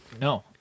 No